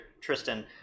tristan